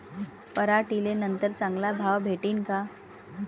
पराटीले नंतर चांगला भाव भेटीन का?